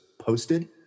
posted